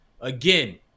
Again